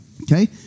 Okay